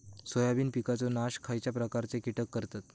Soybean पिकांचो नाश खयच्या प्रकारचे कीटक करतत?